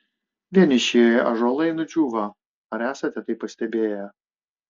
vieniši ąžuolai nudžiūva ar esate tai pastebėję